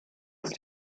ist